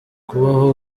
kubaho